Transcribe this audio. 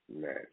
man